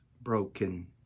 broken